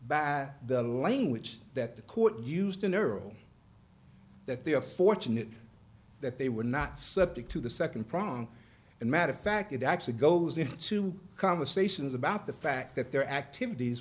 by the language that the court used in earl that they are fortunate that they were not subject to the second prong and matter of fact it actually goes into conversations about the fact that their activities